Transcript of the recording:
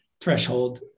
threshold